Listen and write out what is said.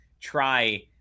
try